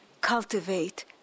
cultivate